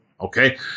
okay